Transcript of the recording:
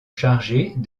chargées